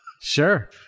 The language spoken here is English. Sure